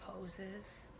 poses